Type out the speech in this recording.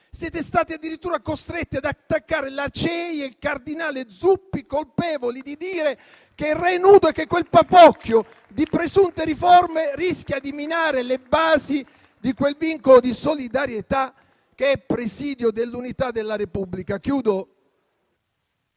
Siete stati addirittura costretti ad attaccare la CEI e il cardinale Zuppi, colpevoli di dire che il re è nudo e che quel papocchio di presunte riforme rischia di minare le basi di quel vincolo di solidarietà che è presidio dell'unità della Repubblica.